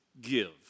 give